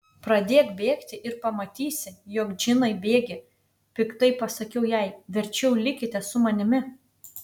pradėk bėgti ir pamatysi jog džinai bėgi piktai pasakiau jai verčiau likite su manimi